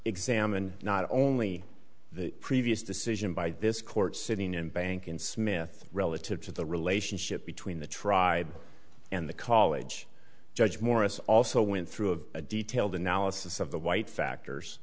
examined not only the previous decision by this court sitting in bank and smith relative to the relationship between the tribe and the college judge morris also went through of a detailed analysis of the white factors